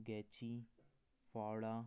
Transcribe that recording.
फावड़ा